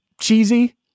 cheesy